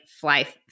fly